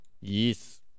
Yes